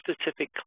specific